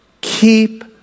keep